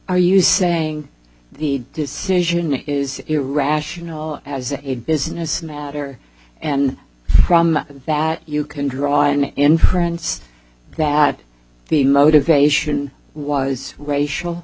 are you saying the decision is irrational as a business matter and from that you can draw an inference that the motivation was racial